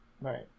right